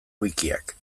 wikiak